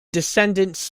descendants